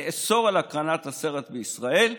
לאסור את הקרנת הסרט בישראל,